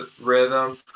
rhythm